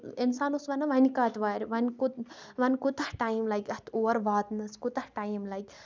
اِنسان اوس وَنان وٕنہِ کَتہِ وارِ وٕنہِ کوٗ وٕنہِ کوٗتاہ ٹایم لگہِ اَتھ اور واتنس کوٗتاہ ٹایم لگہِ